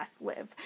live